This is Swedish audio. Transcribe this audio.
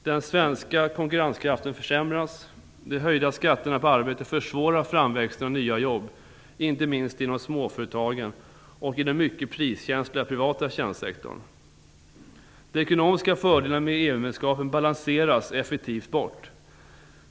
Den svenska konkurrenskraften försämras, de höjda skatterna på arbete försvårar framväxten av nya jobb, inte minst inom småföretagen och i den mycket priskänsliga privata tjänstesektorn. De ekonomiska fördelarna med EU-medlemskapet balanseras effektivt bort.